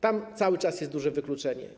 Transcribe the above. Tam cały czas jest duże wykluczenie.